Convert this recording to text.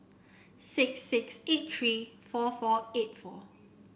six six eight three four four eight four